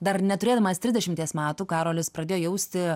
dar neturėdamas trisdešimties metų karolis pradėjo jausti